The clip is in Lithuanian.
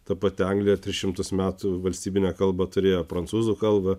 ta pati anglija tris šimtus metų valstybinę kalbę turėjo prancūzų kalbą